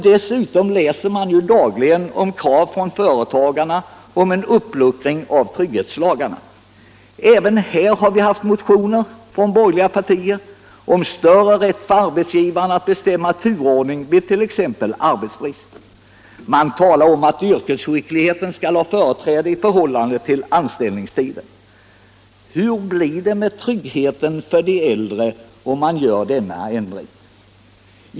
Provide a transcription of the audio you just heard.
Dessutom läser man ju dagligen om krav från företagarna om en uppluckring av trygghetslagarna. Här har vi haft motioner från samtliga tre borgerliga partier om större rätt för arbetsgivare att bestämma turordning vid t.ex. arbetsbrist. Man talar om att yrkesskickligheten skall ha företräde i förhållande till anställningstiden. Hur blir det med tryggheten för de äldre om man gör denna ändring?